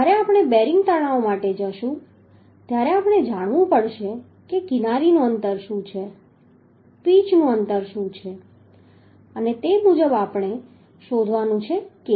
જ્યારે આપણે બેરિંગ તણાવ માટે જઈશું ત્યારે આપણે જાણવું પડશે કે કિનારીનું અંતર શું છે પીચનું અંતર શું છે અને તે મુજબ આપણે શોધવાનું છે kb